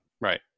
Right